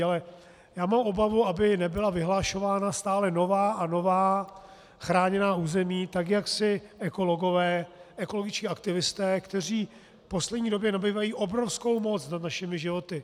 Ale já mám obavu, aby nebyla vyhlašovaná stále nová a nová chráněná území, tak jak ekologové, ekologičtí aktivisté v poslední době nabývají obrovskou moc nad našimi životy.